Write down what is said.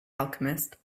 alchemist